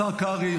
השר קרעי,